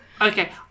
Okay